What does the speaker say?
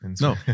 No